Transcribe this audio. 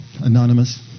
anonymous